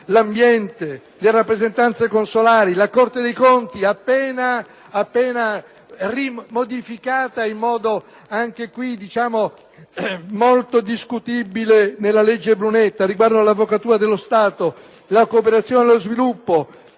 l'ambiente, le rappresentanze consolari, la Corte dei conti (appena rimodificata in modo molto discutibile nella legge Brunetta), l'Avvocatura dello Stato, la cooperazione allo sviluppo,